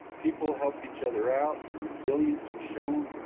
people help each other out. ah resilience was shown,